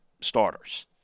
starters